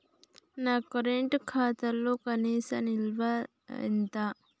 నా కరెంట్ ఖాతాలో కనీస నిల్వ ఎంత?